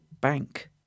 bank